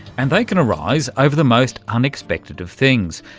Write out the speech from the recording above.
and they can arise over the most unexpected of things,